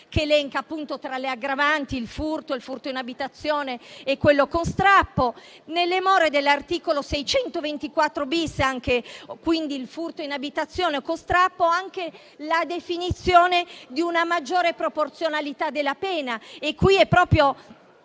che elenca tra le aggravanti il furto, il furto in abitazione e quello con strappo. Nelle more dell'articolo 624-*bis*, quindi il furto in abitazione e con strappo, c'è anche la definizione di una maggiore proporzionalità della pena.